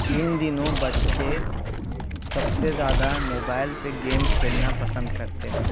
ان دنوں بچے سب سے زیادہ موبائل پہ گیم کھیلنا پسند کرتے ہیں